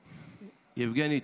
יבגני,